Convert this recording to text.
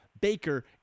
Baker